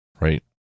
right